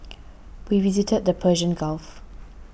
we visited the Persian Gulf